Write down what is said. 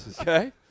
Okay